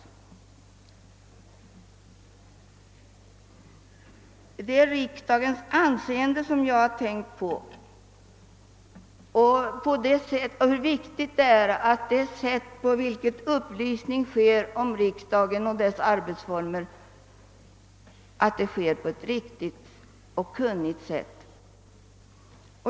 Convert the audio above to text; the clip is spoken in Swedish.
Jag har tänkt på riksdagens anseende och på hur viktigt det är att upplysning ges om riksdagen och dess arbetsformer på ett riktigt och kunnigt sätt.